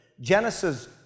Genesis